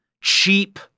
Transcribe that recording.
cheap